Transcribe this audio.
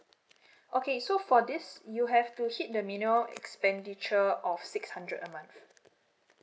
okay so for this you have to hit the minimum expenditure of six hundred a month